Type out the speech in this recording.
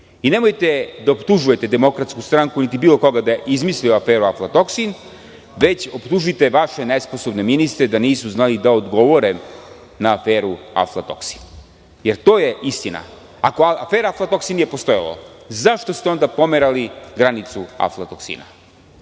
da optužujete DS niti bilo koga da je izmislio aferu aflatoksin, već optužite vaše nesposobne ministre da nisu znali da odgovore na aferu avlatoksin. Jer, to je istina. Ako afera aflatoksin nije postojala, zašto ste onda pomerali granicu aflatoksina? Ovde